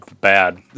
bad